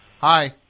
hi